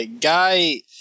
guy